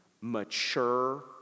mature